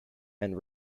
and